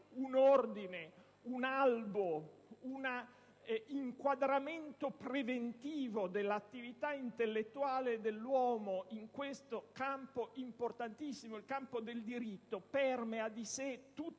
un ordine, un albo, un inquadramento preventivo dell'attività intellettuale dell'uomo in questo campo importantissimo, cioè il campo del diritto, che permea di sé tutta